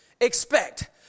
expect